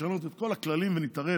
לשנות את כל הכללים ולהתערב?